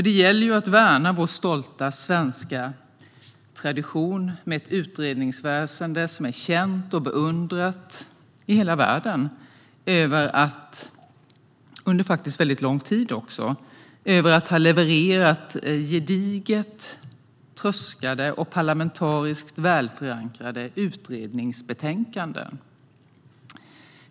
Det gäller att värna vår stolta svenska tradition med ett utredningsväsen som är känt och beundrat i hela världen för att under mycket lång tid ha levererat gediget tröskade och parlamentariskt välförankrade utredningsbetänkanden.